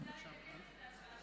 במקום אלעזר שטרן.